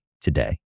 today